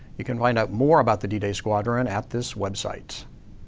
you can find out more about the d-day squadron at this website.